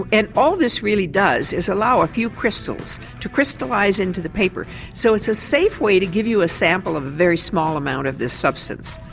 and all this really does is allow a few crystals to crystallise into the paper so it's a safe way to give you a sample of a very small amount of this substance.